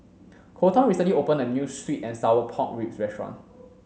Kolton recently opened a new sweet and sour pork ribs restaurant